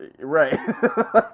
Right